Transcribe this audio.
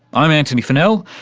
i'm antony funnell,